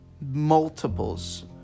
multiples